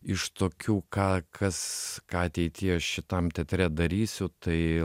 iš tokių ką kas ką ateityje šitam teatre darysiu tai